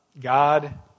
God